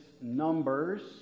Numbers